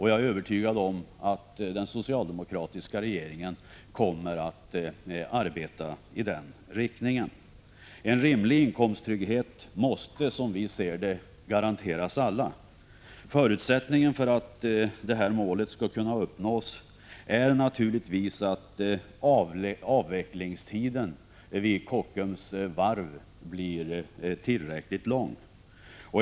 Jag är övertygad om att den socialdemokratiska regeringen kommer att arbeta i den riktningen. Alla måste, som vi ser saken, garanteras en rimlig inkomsttrygghet. En förutsättning för att det målet skall kunna uppnås är naturligtvis att tiden för en avveckling vid Kockums varv blir tillräckligt lång.